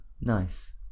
nice